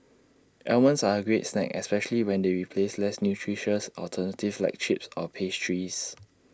almonds are A great snack especially when they replace less nutritious alternatives like chips or pastries